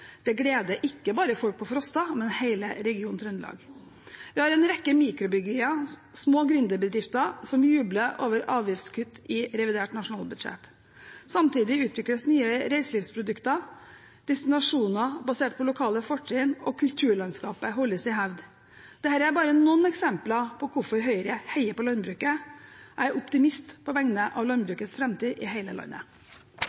oppgjør, gleder ikke bare folk på Frosta, men hele regionen Trøndelag. Vi har en rekke mikrobryggerier, små gründerbedrifter, som jubler over avgiftskutt i revidert nasjonalbudsjett. Samtidig utvikles nye reiselivsprodukter, destinasjoner basert på lokale fortrinn, og kulturlandskapet holdes i hevd. Dette er bare noen eksempler på hvorfor Høyre heier på landbruket. Jeg er optimist på vegne av